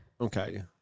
Okay